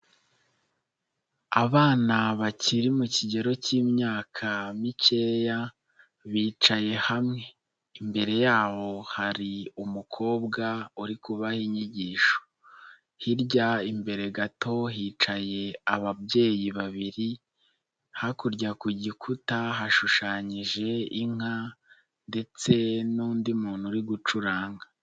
Abana bakiri mu kigero cy'imyaka mikeya bicaye hamwe, imbere yabo hari umukobwa uri kubaha inyigisho, hirya imbere gato hicaye ababyeyi babiri, hakurya ku gikuta hashushanyije inka ndetse n'undi muntu uri gucuranga.